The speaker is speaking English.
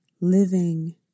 living